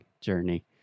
journey